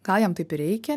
gal jam taip ir reikia